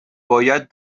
باید